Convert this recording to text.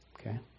Okay